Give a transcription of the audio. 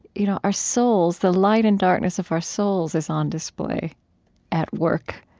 you know our souls, the light and darkness of our souls is on display at work.